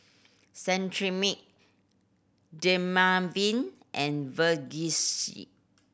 Cetrimide Dermaveen and Vagisil